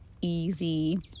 easy